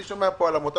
אני שומע פה על עמותה